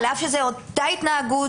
על אף שזאת אותה התנהגות,